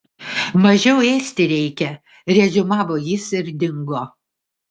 mažiau ėsti reikia reziumavo jis ir dingo